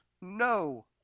no